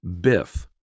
Biff